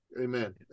Amen